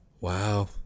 Wow